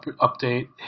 update